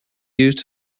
used